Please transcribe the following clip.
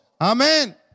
amen